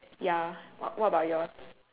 ya what what about yours